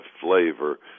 flavor